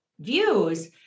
views